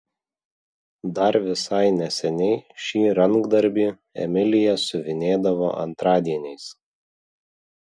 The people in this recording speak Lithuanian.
dar visai neseniai šį rankdarbį emilija siuvinėdavo antradieniais